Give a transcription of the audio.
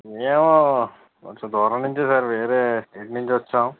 మేము కొంచెం దూరం నుంచి సార్ వేరే స్టేట్ నుంచి వచ్చాం